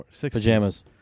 pajamas